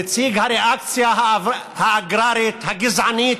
נציג הריאקציה האגררית הגזענית,